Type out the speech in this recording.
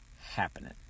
happening